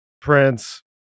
Prince